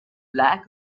black